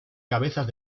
cabezas